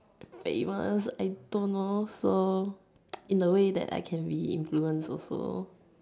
like you want ask I don't know so in a way that I can be influenced also